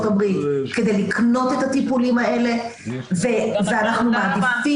הברית כדי לקנות את הטיפולים האלה ואנחנו מעדיפים